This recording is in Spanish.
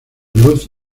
luz